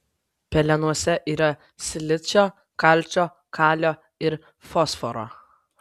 pelenuose yra silicio kalcio kalio ir fosforo